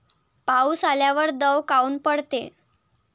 पाऊस आल्यावर दव काऊन पडते?